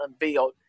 unveiled